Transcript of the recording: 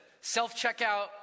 self-checkout